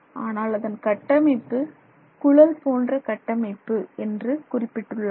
ஆனால் அதன் கட்டமைப்பு குழல் போன்ற கட்டமைப்பு என்று குறிப்பிட்டுள்ளார்கள்